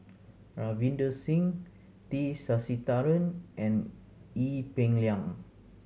Ravinder Singh T Sasitharan and Ee Peng Liang